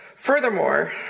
Furthermore